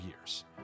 years